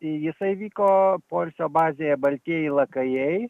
jisai vyko poilsio bazėje baltieji lakajai